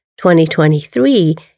2023